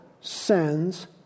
sends